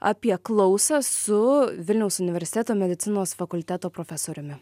apie klausą su vilniaus universiteto medicinos fakulteto profesoriumi